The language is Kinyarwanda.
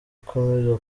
ikomeza